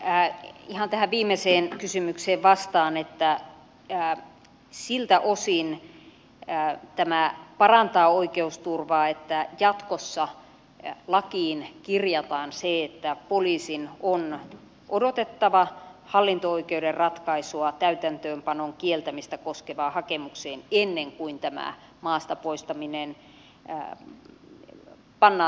ihan tähän viimeiseen kysymykseen vastaan että siltä osin tämä parantaa oikeusturvaa että jatkossa lakiin kirjataan se että poliisin on odotettava hallinto oikeuden ratkaisua täytäntöönpanon kieltämistä koskevaan hakemukseen ennen kuin tämä maasta poistaminen pannaan täytäntöön